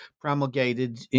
promulgated